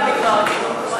אז אני רוצה להגיד עוד משהו.